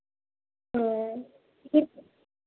ఇప్